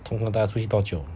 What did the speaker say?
通常带它出去多久